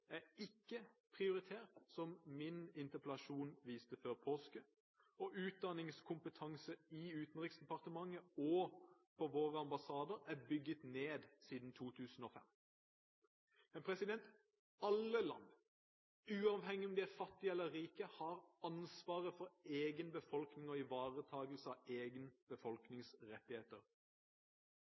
er ikke prioritert, som min interpellasjon før påske viste. Og utdanningskompetanse i Utenriksdepartementet og på våre ambassader er bygget ned siden 2005. Men alle land, uavhengig av om de er fattige eller rike, har ansvaret for egen befolkning og ivaretakelse av egen